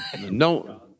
no